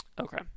Okay